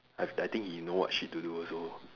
I I think he know what she doing also